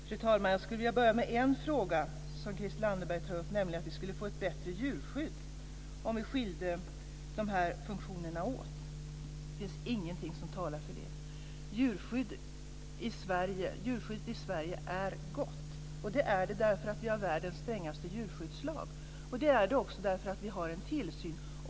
Fru talman! Jag skulle vilja börja med en fråga som Christel Anderberg tar upp, nämligen att vi skulle få ett bättre djurskydd om vi skilde de här funktionerna åt. Det finns ingenting som talar för det. Djurskyddet i Sverige är gott, och det är det därför att vi har världens strängaste djurskyddslag. Det är det också därför att vi har en tillsyn.